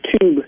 tube